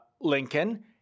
Lincoln